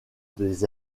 des